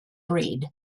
breed